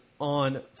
on